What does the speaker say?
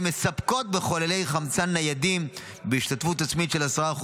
מספקות מחוללי חמצן ניידים בהשתתפות עצמית של 10%,